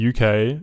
UK